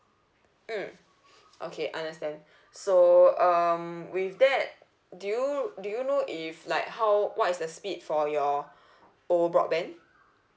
mm okay understand so um with that do you do you know if like how what is the speed for your old broadband